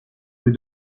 eut